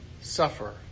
suffer